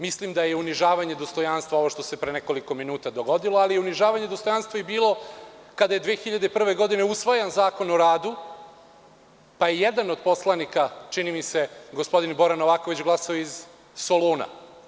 Mislim da je unižavanje dostojanstva ovo što se pre nekoliko minuta dogodilo, ali unižavanje dostojanstva je bilo kada je 2001. godine usvajan Zakon o radu, pa je jedan od poslanika, čini mi se gospodin Bora Novaković, glasao iz Soluna.